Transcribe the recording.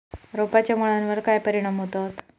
रोपांच्या मुळावर काय परिणाम होतत?